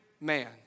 man